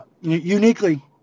uniquely